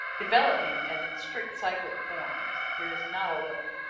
development, as in strict cyclic forms, there is not a little.